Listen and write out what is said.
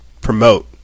promote